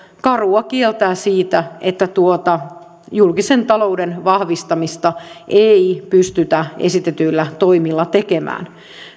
karua kieltään siitä että tuota julkisen talouden vahvistamista ei pystytä esitetyillä toimilla tekemään